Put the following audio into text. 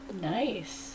Nice